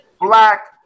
black